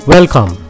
Welcome